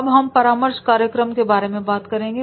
अब हम परामर्श कार्यक्रम के बारे में बात करेंगे